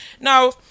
now